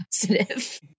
positive